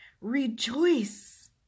rejoice